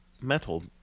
metal